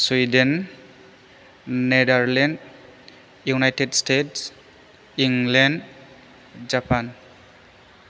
Sweden Netherland United States England Japan